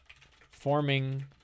forming